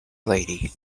lady